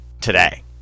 today